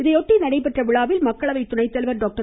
இதையொட்டி நடைபெற்ற விழாவில் மக்களவை துணை தலைவர் டாக்டர்